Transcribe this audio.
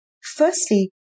firstly